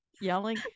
yelling